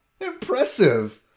impressive